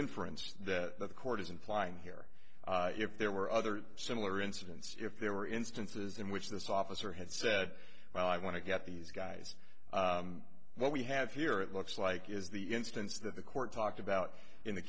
inference that the court is implying here if there were other similar incidents if there were instances in which this officer had said well i want to get these guys what we have here it looks like is the instance that the court talked about in